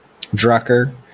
Drucker